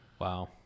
Wow